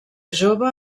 jove